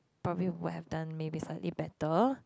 probably would have done maybe slightly better